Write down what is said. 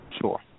Sure